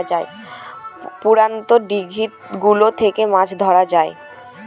পুরাতন দিঘি গুলো থেকে মাছ ধরা হয়